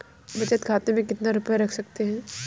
बचत खाते में कितना रुपया रख सकते हैं?